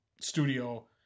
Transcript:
studio